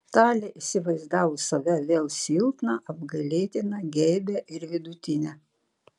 talė įsivaizdavo save vėl silpną apgailėtiną geibią ir vidutinę